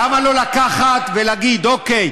למה לא לקחת ולהגיד: אוקיי,